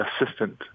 assistant